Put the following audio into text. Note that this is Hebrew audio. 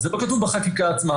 זה לא כתוב בחקיקה עצמה,